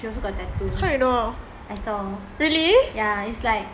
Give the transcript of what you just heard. how you know really